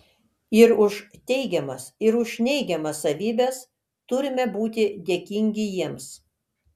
ir už teigiamas ir už neigiamas savybes turime būti dėkingi jiems